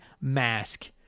mask